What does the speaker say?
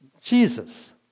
Jesus